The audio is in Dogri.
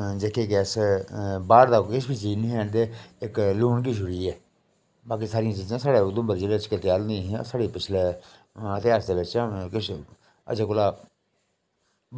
जेह्के कि अस बाह्र दा किश बी चीज नेईं आनदे इक लून गी छुड़ियै बाकी सारियां चीजां साढ़े उधमपुर जिले च गै तेआर होदियां हियां साढ़े पिच्छले इतिहास दे बिच किश अज्जै कोला दा